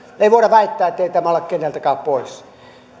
ei voida väittää ettei tämä ole keneltäkään pois